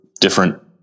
different